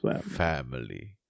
family